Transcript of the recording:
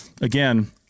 again